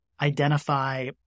identify